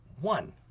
One